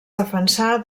defensà